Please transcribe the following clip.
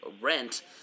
rent